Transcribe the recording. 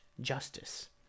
justice